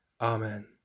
Amen